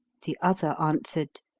the other answered,